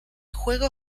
juego